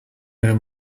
with